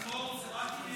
זה ענייני